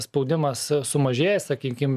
spaudimas sumažėjęs sakykim